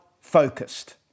focused